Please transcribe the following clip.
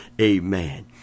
amen